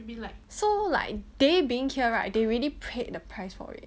so like they being here right they already paid the price for it